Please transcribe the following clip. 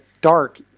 dark